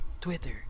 Twitter